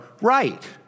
right